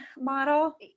model